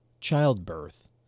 childbirth